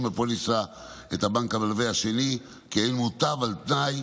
בפוליסה את הבנק המלווה השני כעין מוטב על תנאי,